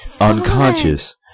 unconscious